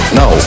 no